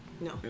No